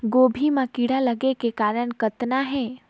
गोभी म कीड़ा लगे के कारण कतना हे?